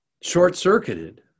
short-circuited